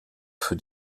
für